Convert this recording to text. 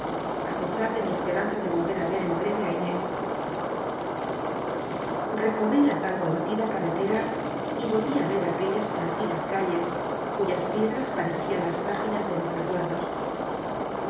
pesa r de mi esperanza de y o iver ti ver en breve inós necorl'i la tan conocida cal'l'etera y olví á er aquellas tranquilas calles cuyas piedras parecían las páginas de mis recuerdos